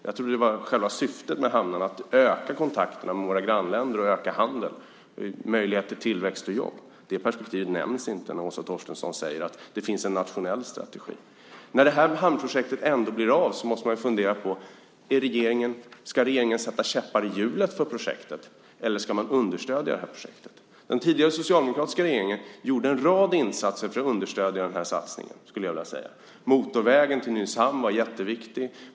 Jag trodde att det var själva syftet med hamnarna att öka kontakterna med våra grannländer och öka handeln och möjligheterna till tillväxt och jobb. Det perspektivet nämns inte när Åsa Torstensson säger att det finns en nationell strategi. När det här hamnprojektet ändå blir av måste man fundera på om regeringen ska sätta käppar i hjulet för projektet eller om man ska understödja det. Den tidigare socialdemokratiska regeringen gjorde en rad insatser för att understödja den här satsningen, skulle jag vilja säga. Motorvägen till Nynäshamn var jätteviktig.